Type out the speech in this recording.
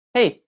Hey